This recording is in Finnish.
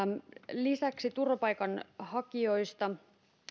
lisäksi turvapaikanhankijoista